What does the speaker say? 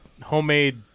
homemade